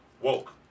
Woke